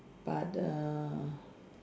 but err